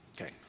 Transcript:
Okay